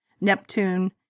Neptune